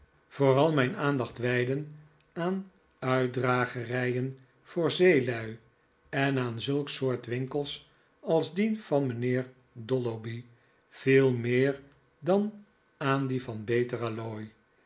vooral mijn aandacht wijden aan uitdragerijen voor zeelui en aan zulk soort winkels als die van mijhheer dolloby veel meer dan aan die van beter